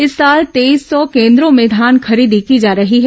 इस साल तेईस सौ केन्द्रों में धान खरीदी की जा रही है